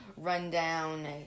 run-down